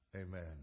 amen